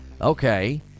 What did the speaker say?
okay